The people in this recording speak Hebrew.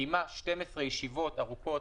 היא קיימה 12 ישיבות ארוכות,